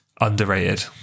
Underrated